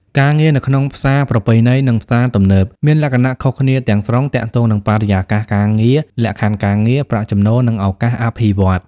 ការងារនៅក្នុងផ្សារប្រពៃណី និងផ្សារទំនើប មានលក្ខណៈខុសគ្នាទាំងស្រុង ទាក់ទងនឹងបរិយាកាសការងារ លក្ខខណ្ឌការងារ ប្រាក់ចំណូល និងឱកាសអភិវឌ្ឍន៍។